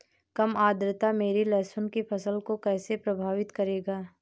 कम आर्द्रता मेरी लहसुन की फसल को कैसे प्रभावित करेगा?